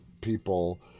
people